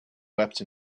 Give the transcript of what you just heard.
wept